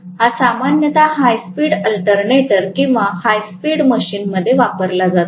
म्हणून हा सामान्यत हाय स्पीड अल्टरनेटर किंवा हाय स्पीड मशीनमध्ये वापरला जातो